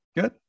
Good